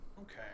okay